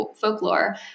Folklore